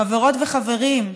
חברות וחברים,